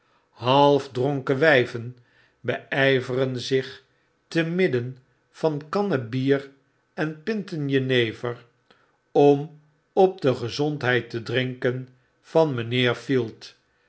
half dronken wyven bey veren zich te midden van kannen bier en pinten jenever om op de gezondheid te drinken van mynheer field